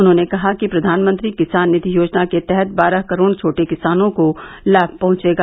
उन्होंने कहा कि प्रधानमंत्री किसान निधि योजना के तहत बारह करोड़ छोटे किसानों को लाभ पहुंचेगा